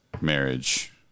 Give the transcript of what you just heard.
marriage